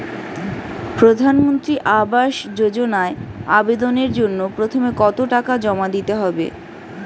প্রধানমন্ত্রী আবাস যোজনায় আবেদনের জন্য প্রথমে কত টাকা জমা দিতে হবে?